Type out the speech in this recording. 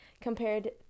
compared